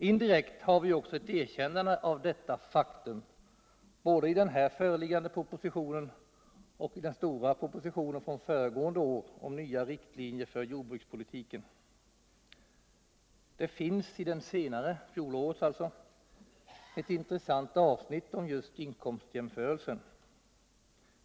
Indirekt har vi också ett erkännande av detta faktum, både i den här föreliggande propositionen och i den stora propositionen från föregående år om nya riktlinjer för jordbrukspolitiken. Det finns i fjolårets proposition ett intressant avsnitt om just inkomstjämförelsen.